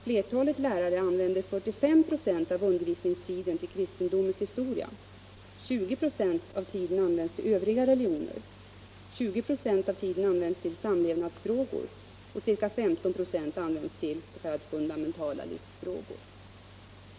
Flertalet lärare där använder 45 96 av undervisningstiden till kristendomens historia, 20 96 av tiden till övriga religioner, 20 96 till samlevnadsfrågor och ca 15 96 till s.k. fundamentala livsfrågor.